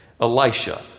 Elisha